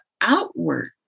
outward